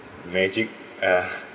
magic uh